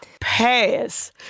Pass